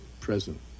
present